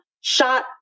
shot